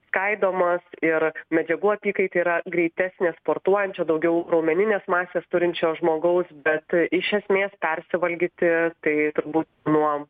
skaidomas ir medžiagų apykaita yra greitesnė sportuojančio daugiau raumeninės masės turinčio žmogaus bet iš esmės persivalgyti tai turbū nuo